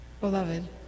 beloved